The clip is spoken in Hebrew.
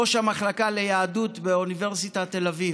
ראש המחלקה ליהדות באוניברסיטת תל אביב.